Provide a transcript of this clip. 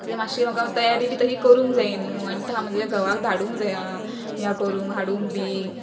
कित्याक मात्शी म्हाका तयारी बी ती करूंक जायी न्हू आनी तहां म्हाज्या घोवाक धाडूंक जायां ह्यां करूंक हाडूंक बी